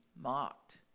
mocked